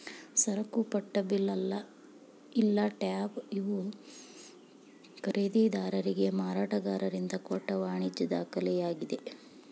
ಸರಕುಪಟ್ಟ bill ಇಲ್ಲಾ tab ಇವು ಖರೇದಿದಾರಿಗೆ ಮಾರಾಟಗಾರರಿಂದ ಕೊಟ್ಟ ವಾಣಿಜ್ಯ ದಾಖಲೆಯಾಗಿದೆ